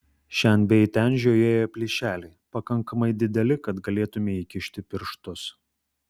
šen bei ten žiojėjo plyšeliai pakankamai dideli kad galėtumei įkišti pirštus